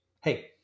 hey